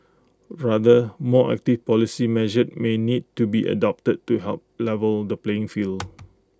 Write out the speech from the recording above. rather more active policy measures may need to be adopted to help level the playing field